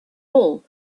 all